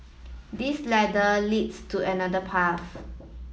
this ladder leads to another path